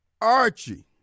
Archie